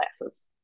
classes